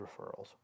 referrals